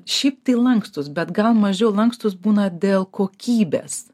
šiaip tai lankstūs bet gal mažiau lankstūs būna dėl kokybės